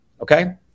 okay